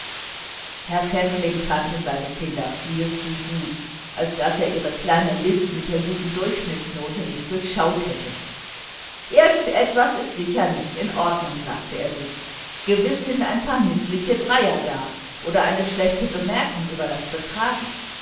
herr pfäffling kannte seine kinder viel zu gut als daß er ihre kleine list mit der guten durchschnittsnote nicht durchschaut hätte irgend etwas ist sicher nicht in ordnung sagte er sich gewiß sind ein paar fatale dreier da oder eine schlechte bemerkung über das betragen